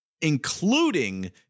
including